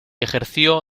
ejerció